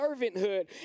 servanthood